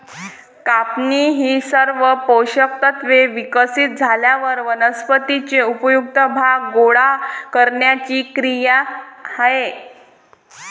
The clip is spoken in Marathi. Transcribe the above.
कापणी ही सर्व पोषक तत्त्वे विकसित झाल्यावर वनस्पतीचे उपयुक्त भाग गोळा करण्याची क्रिया आहे